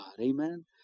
Amen